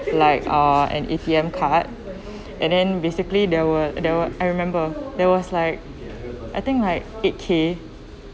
like uh an A_T_M card and then basically there were there were I remember there was like I think like eight K